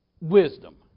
Wisdom